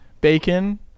Bacon